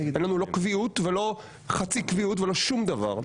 אין לנו קביעות ולא חצי קביעות ולא שום דבר.